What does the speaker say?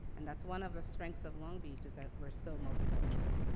and that's one of our strengths of long beach, is that we're so multicultural.